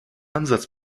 ansatz